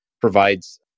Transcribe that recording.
provides